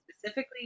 specifically